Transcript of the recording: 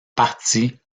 partie